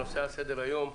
הנושא על סדר היום: